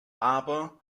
aber